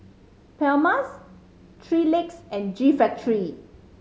Palmer's Three Legs and G Factory